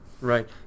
right